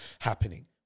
happening